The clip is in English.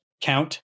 count